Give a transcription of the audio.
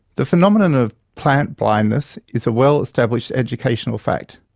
the phenomenon of plant blindness is a well-established educational fact.